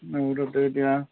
এতিয়া